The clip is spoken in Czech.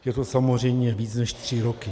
Je to samozřejmě více než tři roky.